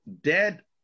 dead